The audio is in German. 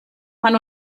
man